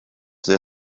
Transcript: their